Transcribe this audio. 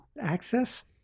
Access